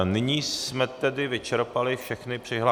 Nyní jsme tedy vyčerpali všechny přihlášky.